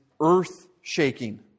earth-shaking